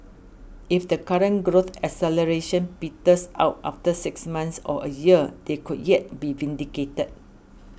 if the current growth acceleration peters out after six months or a year they could yet be vindicated